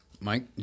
Mike